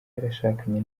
yarashakanye